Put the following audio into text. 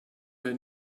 her